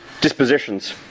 dispositions